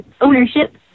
ownership